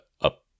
up